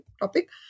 topic